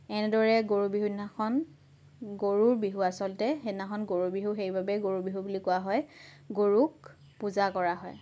এনেদৰে গৰু বিহু দিনাখন গৰুৰ বিহু আচলতে সেইদিনাখন গৰু বিহু সেইবাবেই গৰু বিহু বুলি কোৱা হয় গৰুক পূজা কৰা হয়